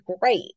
great